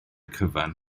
cyfan